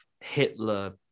hitler